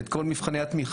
אבל יש את כל מבחני התמיכה